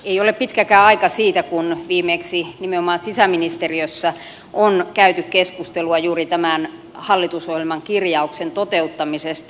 ei ole pitkäkään aika siitä kun viimeksi nimenomaan sisäministeriössä on käyty keskustelua juuri tämän hallitusohjelman kirjauksen toteuttamisesta